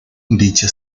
dicha